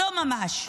לא ממש.